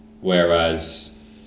whereas